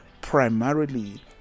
primarily